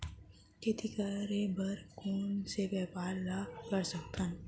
खेती करे बर कोन से व्यापार ला कर सकथन?